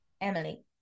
Emily